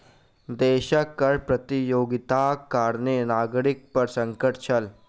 देशक कर प्रतियोगिताक कारणें नागरिक पर संकट छल